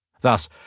Thus